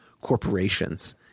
corporations